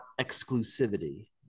exclusivity